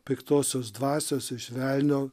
piktosios dvasios iš velnio